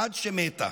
עד שמתה.